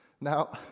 Now